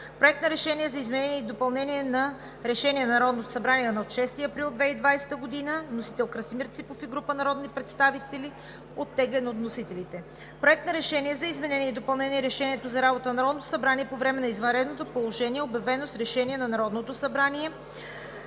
Проект на решение за изменение и допълнение на Решението на Народното събрание от 6 април 2020 г. Вносители: Красимир Ципов и група народни представители, оттеглен от вносителите. Проект на решение за изменение и допълнение на Решението за работата на Народното събрание по време на извънредното положение, обявено с Решение на Народното събрание.